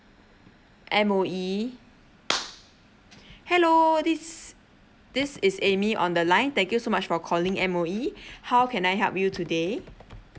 M_O_E hello this this is Amy on the line thank you so much for calling M_O_E how can I help you today